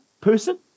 person